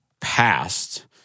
past